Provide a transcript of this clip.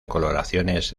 coloraciones